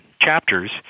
chapters